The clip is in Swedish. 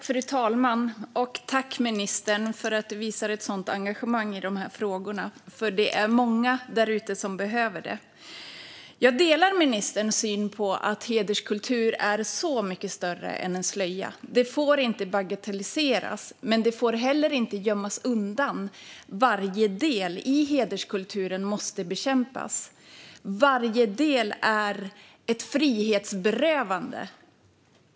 Fru talman! Tack, ministern, för att du visar ett sådant engagemang i dessa frågor! Det är många där ute som behöver det. Jag delar ministerns syn på att hederskultur är mycket större än en slöja. Det får inte bagatelliseras, men det får heller inte gömmas undan. Varje del i hederskulturen måste bekämpas. Varje del är ett frihetsberövande.